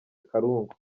karungu